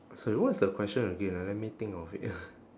sorry what is the question again ah let me think of it